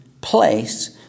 place